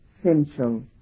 Essential